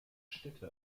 städte